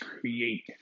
create